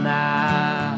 now